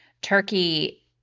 Turkey